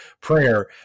prayer